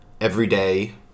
everyday